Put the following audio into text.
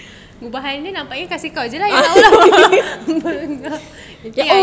gubahannya nampaknya kasi kau jer lah yang lawa-lawa